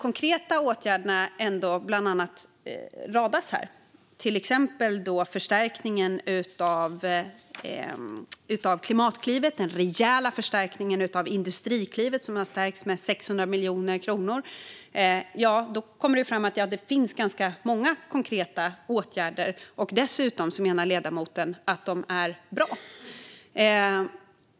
När åtgärderna radas upp här, till exempel förstärkningen av Klimatklivet och den rejäla förstärkningen av Industriklivet med 600 miljoner kronor, kommer det ju fram att det finns ganska många konkreta åtgärder. Dessutom menar ledamoten att de är bra.